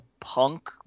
punk